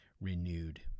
renewed